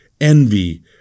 envy